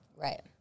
right